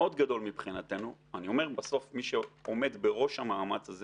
מאוד גדול מבחינתנו אני אומר: בסוף מי שעומד בראש המאמץ הזה